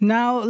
Now